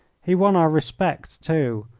he won our respect, too,